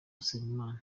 usengimana